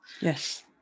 Yes